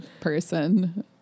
person